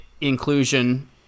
inclusion